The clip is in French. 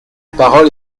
parole